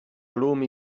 lumi